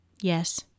Yes